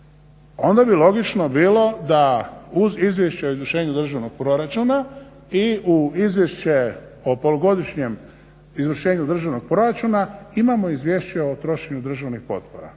onda bi logično bilo da uz Izvješće o izvršenju državnog proračuna i u Izvješće o polugodišnjem izvršenju državnog proračuna imamo Izvješće o trošenju državnih potpora.